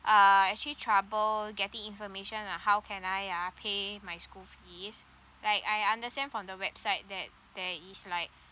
uh actually trouble getting information ah how can I uh pay my school fees like I understand from the website that there is like